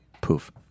Poof